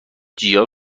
جیا